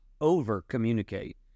over-communicate